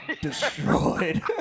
destroyed